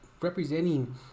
representing